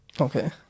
Okay